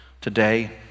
today